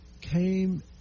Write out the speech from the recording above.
came